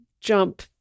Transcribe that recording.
jump